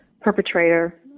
perpetrator